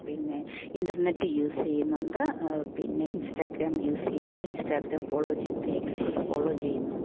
പിന്നെ internet use ചെയ്യുന്നുണ്ട് പിന്നെ ഇൻസ്റ്റാഗ്രാം യൂസ് ചെയ്യുന്നുണ്ട് ഇൻസ്റ്റാഗ്രാം ഫോളോ ചെയ്തിട്ട് ഫോളോ ചെയ്യുന്നുണ്ട്